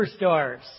superstars